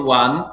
one